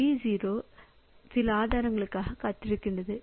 P0 சில ஆதாரங்களுக்காக காத்திருக்கிறது